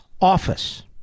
office